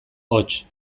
hots